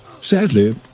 Sadly